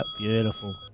beautiful